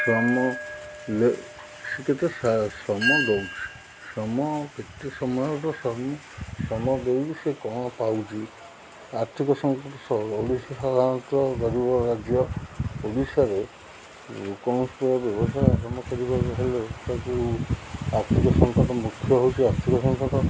ଶ୍ରମ ସେ କେତେ ଶ୍ରମ ଦେଉଛି ଶ୍ରମ କେତେ ସମୟ ତା ଶ୍ରମ ଦେଇକି ସେ କଣ ପାଉଛି ଆର୍ଥିକ ସଙ୍କଟ ସହ ଓଡ଼ିଶା ସାଧାରଣତଃ ଗରିବ ରାଜ୍ୟ ଓଡ଼ିଶାରେ କୌଣସି ବ୍ୟବସାୟ କରିବାକୁ ହେଲେ ତାକୁ ଯେଉଁ ଆର୍ଥିକ ସଙ୍କଟ ମୁଖ୍ୟ ହେଉଛି ଆର୍ଥିକ ସଙ୍କଟ